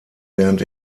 während